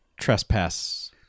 Trespass